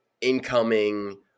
incoming